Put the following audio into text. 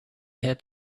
had